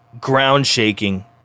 ground-shaking